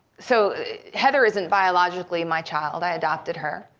so heather isn't biologically my child. i adopted her.